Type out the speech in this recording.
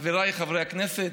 חבריי חברי הכנסת,